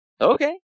okay